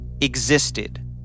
existed